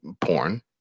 porn